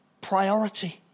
priority